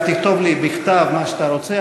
תכתוב לי, בכתב, מה שאתה רוצה.